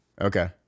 Okay